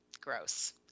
Gross